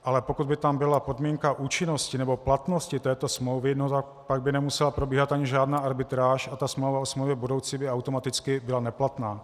Ale pokud by tam byla podmínka účinnosti nebo platnosti této smlouvy, no tak pak by nemusela probíhat ani žádná arbitráž a ta smlouva o smlouvě budoucí by automaticky byla neplatná.